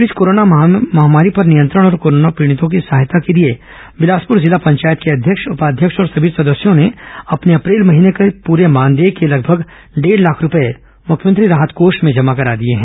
इस बीच कोरोना महामारी पर नियंत्रण और कोरोना पीड़ितों की सहायता के लिए बिलासपुर जिला पंचायत के अध्यक्ष उपाध्यक्ष और सभी सदस्यों ने अपने अप्रैल माह के पूरे मानदेय के लगभग डेढ़ लाख रुपये मुख्यमंत्री राहत कोष में जमा करा दिए हैं